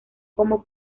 como